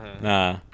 Nah